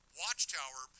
watchtower